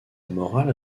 morale